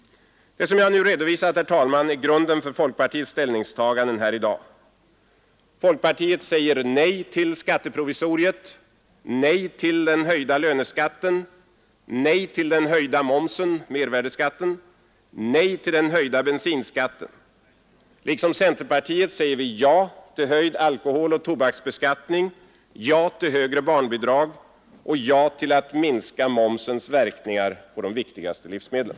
Det som jag nu redovisat, herr talman, är grunden för folkpartiets ställningstaganden här i dag. Folkpartiet säger nej till skatteprovisoriet, nej till den höjda löneskatten, nej till den höjda momsen, nej till den höjda bensinskatten. Liksom centerpartiet säger vi ja till höjd alkoholoch tobaksbeskattning, ja till högre barnbidrag och ja till att minska momsens verkningar på de viktigaste livsmedlen.